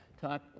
talk